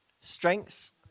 strengths